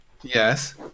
Yes